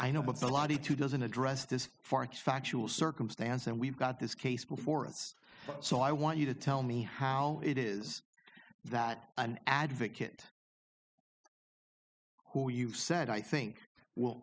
i know but the law to doesn't address this farce factual circumstance and we've got this case before us so i want you to tell me how it is that an advocate who you said i think will